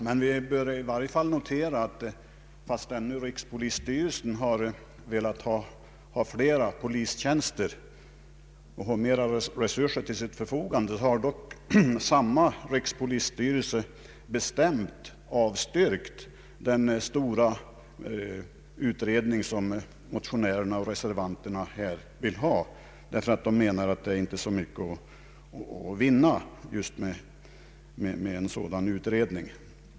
Det bör noteras att fastän rikspolisstyrelsen har velat ha flera polistjänster och större resurser till sitt förfogande, har dock samma rikspolisstyrelse bestämt avstyrkt den stora utredning som motionärerna och reservanterna här föreslår. De menar att det inte är så mycket att vinna med en sådan utredning.